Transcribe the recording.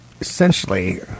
essentially